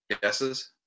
Guesses